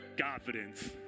Confidence